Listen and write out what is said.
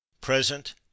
Present